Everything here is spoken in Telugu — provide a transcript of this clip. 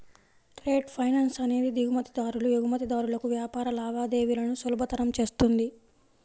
ట్రేడ్ ఫైనాన్స్ అనేది దిగుమతిదారులు, ఎగుమతిదారులకు వ్యాపార లావాదేవీలను సులభతరం చేస్తుంది